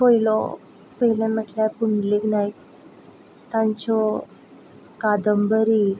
पयलो पयलो म्हटल्यार पुंडलीक नायक तांच्यो कादंबरी